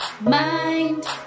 mind